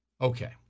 Okay